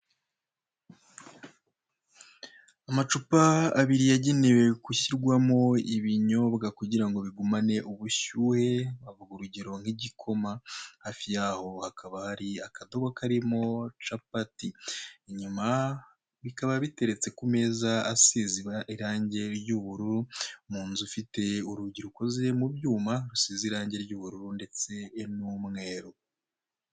Amacupa abiri yagenewe gushyirwamo ibinyobwa kugira ngo bigumane ubushyuhe wavuga urugero nk'igikoma, hafi yaho hakaba hari akadobo karimo capati, inyuma bikaba biteretse ku meza asize irangi ry'ubururu mu nzu ifite urugi rukoze mu byuma rusize irangi ry'ubururu ndetse n'umweru.